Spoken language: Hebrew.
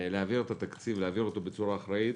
להעביר את התקציב בצורה אחראית